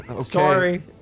Sorry